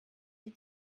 sie